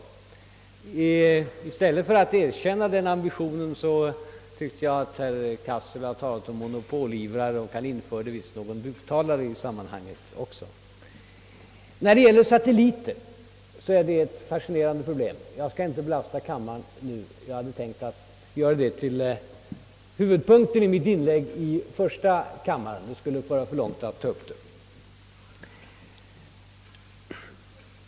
Herr Cassel har i stället för att erkänna denna vår ambition talat om monopolivrare, och han införde visst också någon buktalare i sammanhanget. Frågan om satelliterna är ett fascinerande problem i detta sammanhang, men jag skall inte belasta kammaren med någon utläggning i det ämnet. Jag hade tänkt göra det till huvudpunkten i mitt inlägg i första kammaren, och det skulle föra för långt att nu ta upp saken.